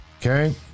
okay